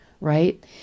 right